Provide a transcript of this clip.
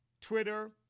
Twitter